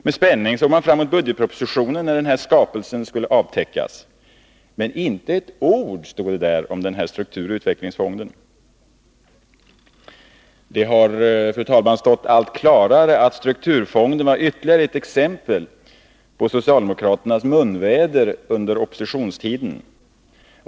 Med spänning såg man fram mot budgetpropositionen när den här skapelsen skulle avtäckas. Men inte ett ord stod där om den här strukturoch utvecklingsfonden. Det har, fru talman, stått allt klarare att strukturfonden var ytterligare ett exempel på socialdemokraternas munväder under oppositionstiden.